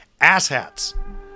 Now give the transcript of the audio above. Asshats